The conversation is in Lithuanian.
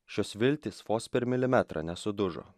šios viltys vos per milimetrą nesudužo